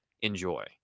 Enjoy